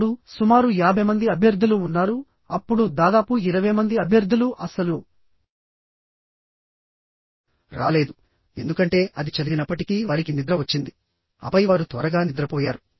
ఇప్పుడు సుమారు 50 మంది అభ్యర్థులు ఉన్నారు అప్పుడు దాదాపు 20 మంది అభ్యర్థులు అస్సలు రాలేదు ఎందుకంటే అది చదివినప్పటికీ వారికి నిద్ర వచ్చిందిఆపై వారు త్వరగా నిద్రపోయారు